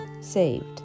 saved